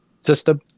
system